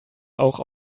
auch